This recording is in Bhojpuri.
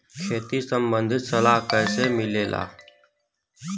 खेती संबंधित सलाह कैसे मिलेला?